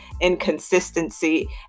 inconsistency